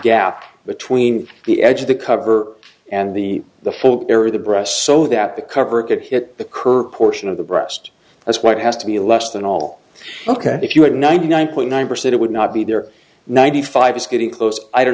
gap between the edge of the cover and the the folks there are the breasts so that the coverage hit the curb portion of the breast that's what has to be less than all ok if you had ninety nine point nine percent it would not be there ninety five is getting close i don't